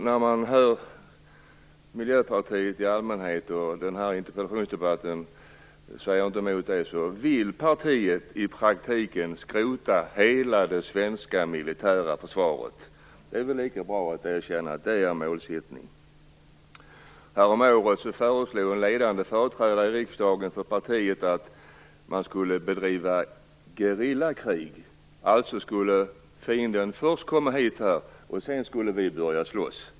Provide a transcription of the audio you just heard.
När man hör vad Miljöpartiet säger i dessa frågor måste man dra slutsatsen att partiet i praktiken vill skrota hela det svenska militära försvaret, och den här interpellationsdebatten motsäger inte den slutsatsen. Det är väl lika bra att erkänna att det är er målsättning! Häromåret föreslog en ledande företrädare för partiet i riksdagen att man skulle bedriva gerillakrig. Fienden skulle alltså först komma hit, och sedan skulle vi börja slåss.